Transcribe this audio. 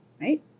right